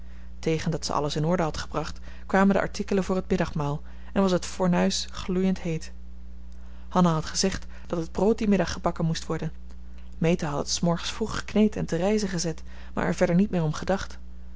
tegen dat ze alles in orde had gebracht kwamen de artikelen voor het middagmaal en was het fornuis gloeiend heet hanna had gezegd dat het brood dien dag gebakken moest worden meta had het s morgens vroeg gekneed en te rijzen gezet maar er verder niet meer om gedacht